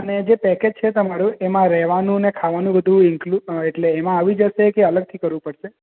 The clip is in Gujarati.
અને જે પેકેજ છે તમારું એમા રેવાનું ને ખાવાનું બધુ ઇંકલુંડ એટલે એમા આવી જસે કે અલગથી કરવું પડસે